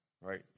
right